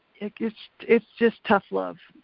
it's it's just tough love.